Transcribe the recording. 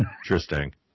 Interesting